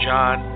John